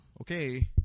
okay